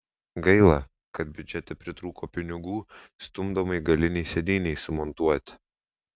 gaila kad biudžete pritrūko pinigų stumdomai galinei sėdynei sumontuoti